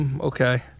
okay